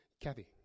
Kathy